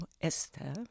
Esther